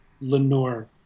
Lenore